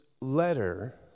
letter